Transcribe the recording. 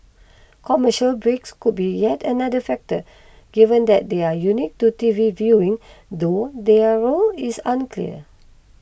commercial breaks could be yet another factor given that they are unique to T V viewing though their role is unclear